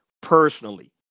personally